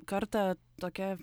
kartą tokia